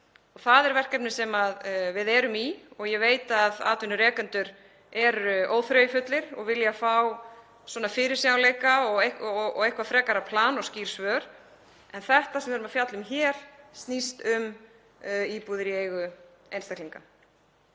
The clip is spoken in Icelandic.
Það er verkefni sem við erum í og ég veit að atvinnurekendur eru óþreyjufullir og vilja fá fyrirsjáanleika og eitthvert frekara plan og skýr svör. En þetta sem við erum að fjalla um hér snýst um íbúðir í eigu einstaklinga.